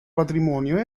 patrimonio